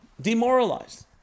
demoralized